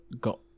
got